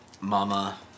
Mama